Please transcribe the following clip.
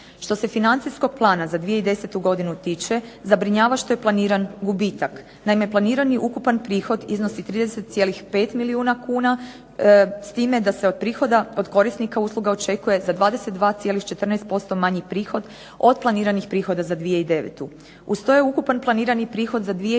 Što se financijskog plana za 2010. godinu tiče zabrinjava što je planiran gubitak. Naime, planirani ukupan prihod iznosi 30,5 milijuna kuna s time da se od prihoda od korisnika usluga očekuje za 22,14% manji prihod od planiranih prihoda za 2009. Uz to je ukupan planirani prihod za 2010.